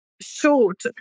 short